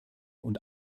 und